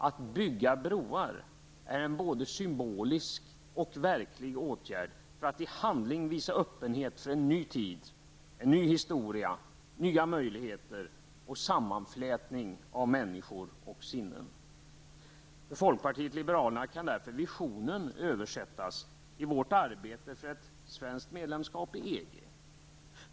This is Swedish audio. Att bygga broar är en både symbolisk och verklig åtgärd för att i handling visa öppenhet för en ny tid, en ny historia, nya möjligheter och sammanflätning av människor och sinnen. För folkpartiet liberalerna kan därför visionen översättas i vårt arbete för ett svenskt medlemskap i EG.